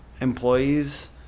Employees